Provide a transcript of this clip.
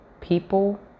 people